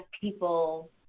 people